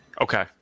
Okay